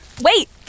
Wait